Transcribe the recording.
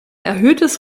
erhöhtes